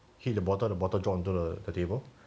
hit the bottle the bottom drop onto the table